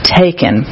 taken